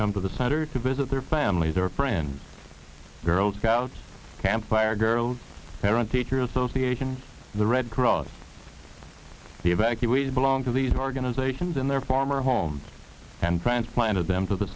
come to the center to visit their families or friends girl scouts camp fire girls parent teacher association the red cross the evacuees belong to these organizations in their former home and transplanted them to the